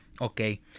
Okay